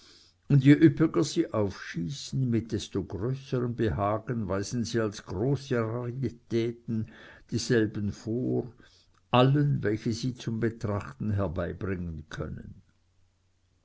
sie aufschießen mit desto größerem behagen weisen sie als große raritäten dieselben vor allen welche sie zum betrachten herbeibringen können